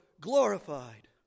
glorified